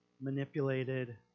manipulated